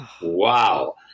Wow